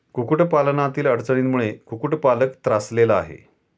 कुक्कुटपालनातील अडचणींमुळे कुक्कुटपालक त्रासलेला आहे